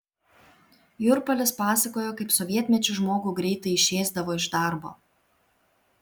jurpalis pasakojo kaip sovietmečiu žmogų greitai išėsdavo iš darbo